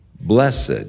Blessed